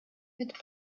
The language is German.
mit